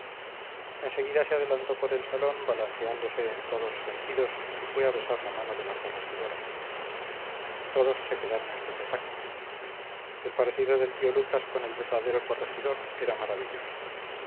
en seguida se adelantó por el salón balanceándose en todos los sentidos y fue a besar la mano de la corregidora todos se quedaron estupefactos el parecido del tío lucas con el verdadero corregidor era maravilloso